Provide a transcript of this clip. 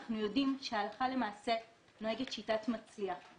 אנחנו יודעים שהלכה למעשה נוהגת שיטת" מצליח",